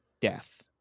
death